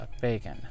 Bacon